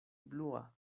blua